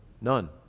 None